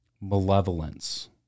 malevolence